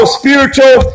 spiritual